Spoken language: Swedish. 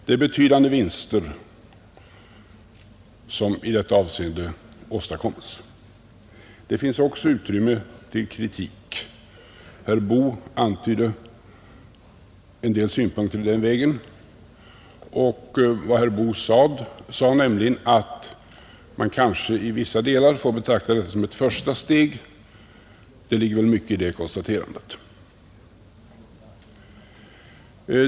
Det är betydande vinster som i detta avseende åstadkoms. Det finns också utrymme för kritik. Herr Boo antydde en del synpunkter i den vägen. Han sade att man kanske i vissa delar får betrakta detta som ett första steg, och det ligger mycket i detta konstaterande.